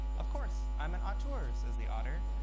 of course. i'm an auteur, says the otter.